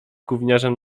gówniarzem